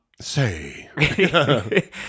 Say